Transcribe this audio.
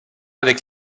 avec